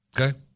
Okay